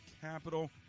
capital